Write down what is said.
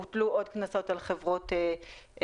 הוטלו עוד קנסות על חברות תעופה.